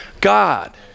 God